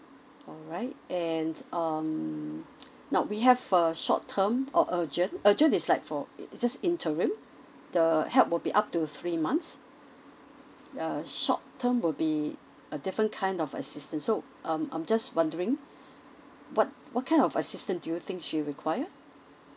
alright and um now we have a short term or urgent urgent is like for it's just interim the help will be up to three months err short term will be a different kind of assistance so um I'm just wondering what what kind of assistance do you think she require